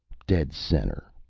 dead center,